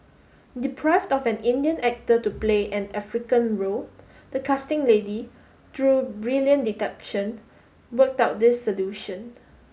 deprived of an Indian actor to play an African role the casting lady through brilliant deduction worked out this solution